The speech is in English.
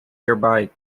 nearby